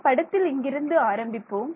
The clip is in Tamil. நாம் படத்தில் இங்கிருந்து ஆரம்பிப்போம்